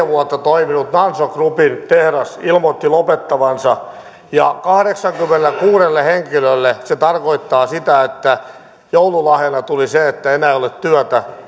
vuotta toiminut nanso groupin tehdas ilmoitti lopettavansa ja kahdeksallekymmenellekuudelle henkilölle se tarkoittaa sitä että joululahjana tuli se että enää ei ole työtä